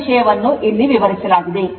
ಅದೇ ವಿಷಯವನ್ನು ಇಲ್ಲಿ ವಿವರಿಸಲಾಗಿದೆ